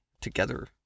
together